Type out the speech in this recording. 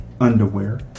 underwear